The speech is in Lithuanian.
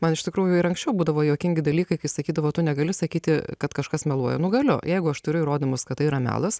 man iš tikrųjų ir anksčiau būdavo juokingi dalykai kai sakydavo tu negali sakyti kad kažkas meluoja nu galiu jeigu aš turiu įrodymus kad tai yra melas